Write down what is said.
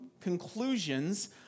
conclusions